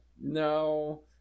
No